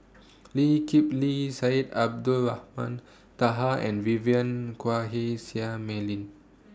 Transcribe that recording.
Lee Kip Lee Syed Abdulrahman Taha and Vivien Quahe Seah Mei Lin